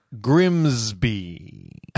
Grimsby